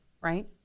right